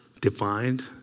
defined